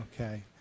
Okay